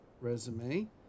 resume